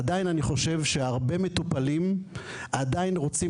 עדין אני חושב שהרבה מטופלים עדין רוצים